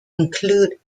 include